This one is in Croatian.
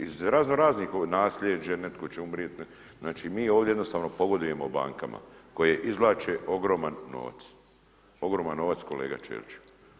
Iz razno-raznih, naslijeđe, netko će umrijeti, znači mi ovdje jednostavno pogodujemo bankama koje izvlače ogroman novac, ogroman novac kolega Čeliću.